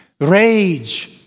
Rage